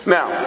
Now